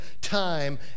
time